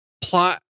plot